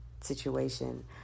situation